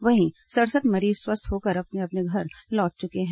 वहीं सड़सठ मरीज स्वस्थ होकर अपने घर लौट चुके हैं